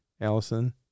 Allison